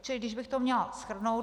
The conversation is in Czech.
Čili kdybych to měla shrnout.